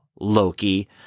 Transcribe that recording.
Loki